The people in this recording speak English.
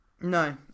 No